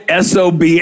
SOB